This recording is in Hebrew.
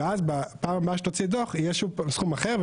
ואז בפעם הבאה שתוציא דו"ח יהיה שוב סכום אחר,